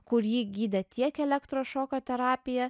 kur jį gydė tiek elektros šoko terapija